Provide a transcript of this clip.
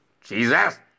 Jesus